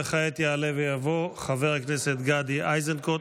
כעת יעלה ויבוא חבר הכנסת גדי איזנקוט.